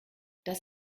das